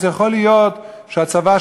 אז יכול להיות שהצבא,